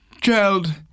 child